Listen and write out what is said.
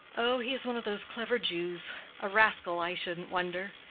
oh, he is one of those clever jews a rascal, i shouldn't wonder.